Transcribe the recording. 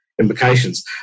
implications